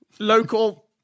Local